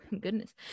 goodness